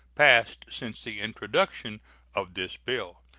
passed since the introduction of this bill.